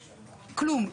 כלום.